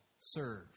serve